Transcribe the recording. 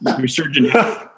Resurgent